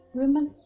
women